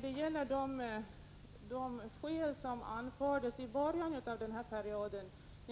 De skäl som anfördes i början av perioden —